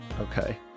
okay